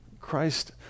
Christ